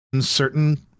certain